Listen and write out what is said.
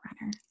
runner